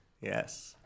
Yes